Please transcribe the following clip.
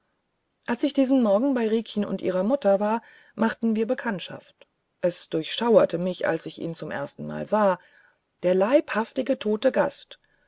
als ich diesen morgen bei riekchen und ihrer mutter war machten wir bekanntschaft es durchschauerte mich als ich ihn zum erstenmal sah der leibhafte tote gast